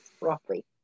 roughly